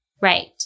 Right